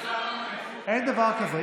אין דבר כזה,